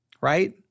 right